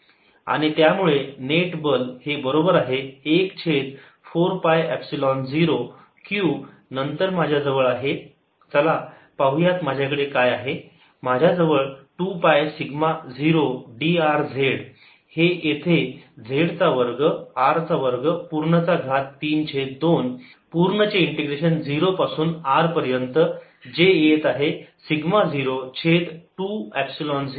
आणि त्यामुळे नेट बल हे बरोबर आहे 1 छेद 4 पाय एपसिलोन 0 q नंतर माझ्याजवळ आहे चला पाहुयात माझ्याकडे काय आहे माझ्याजवळ 2 pi sigma 0 d r z हे येथे z चा वर्ग r चा वर्ग पूर्ण चा घात 3 छेद 2 पूर्ण चे इंटिग्रेशन 0 पासून R पर्यंत जे येत आहे सिग्मा 0 छेद 2 एपसिलोन 0